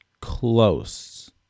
close